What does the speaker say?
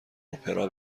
اپرا